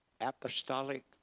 apostolic